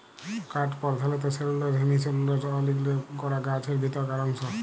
কাঠ পরধালত cellulose, hemicellulose অ লিগলিলে গড়া গাহাচের ভিতরকার অংশ